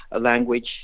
language